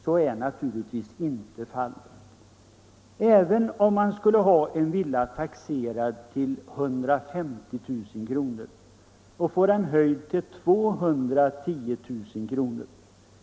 Så är naturligtvis inte fallet. Även om man skulle ha en villa taxerad till 150 000 kr. och får taxeringen höjd till 210 000 kr.